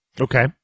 Okay